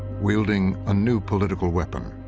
wielding a new political weapon.